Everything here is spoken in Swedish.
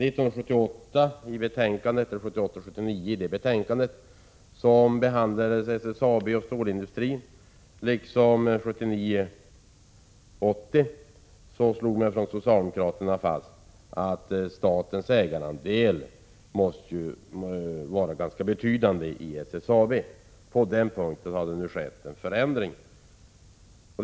I ett betänkande 1978 80, slog socialdemokraterna fast att statens ägarandel i SSAB måste vara ganska betydande. På den punkten har det nu skett en förändring.